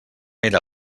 era